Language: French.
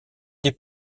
des